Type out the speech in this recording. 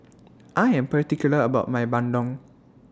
I Am particular about My Bandung